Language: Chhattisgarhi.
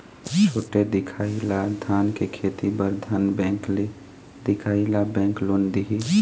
छोटे दिखाही ला धान के खेती बर धन बैंक ले दिखाही ला बैंक लोन दिही?